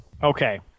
Okay